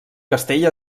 castell